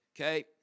Okay